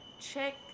check